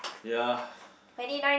ya